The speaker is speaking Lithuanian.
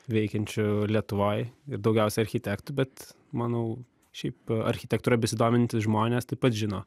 veikiančių lietuvoj ir daugiausia architektų bet manau šiaip architektūra besidomintys žmonės taip pat žino